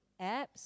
apps